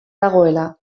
dagoela